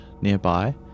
nearby